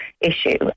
issue